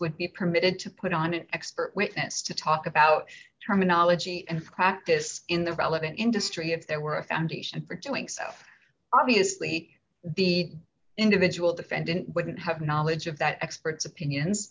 would be permitted to put on an expert witness to talk about terminology and practice in the relevant industry if there were a foundation for doing so obviously the individual defendant wouldn't have knowledge of that expert's opinions